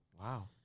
Wow